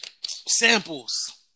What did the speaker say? Samples